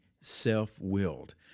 self-willed